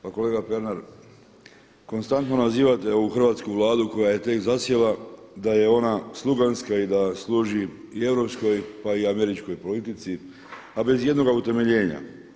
Pa kolega Pernar, konstantno nazivate ovu hrvatsku Vladu koja je tek zasjela da je ona sluganska i da služi i europskoj, pa i američkoj politici, a bez ijednoga utemeljenja.